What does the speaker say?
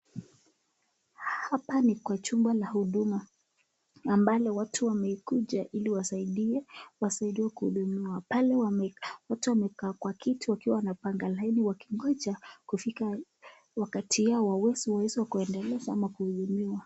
Hapa ni kwa chumba la huduma ambalo watu wamekuja ili wasaidie wasaidiwe kuhudumiwa. Pale watu wamekaa kwa kiti wakiwa wanapanga laini wakiongoja kufika wakati wao waweze waweze kuendelezwa ama kuhudumiwa.